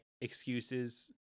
excuses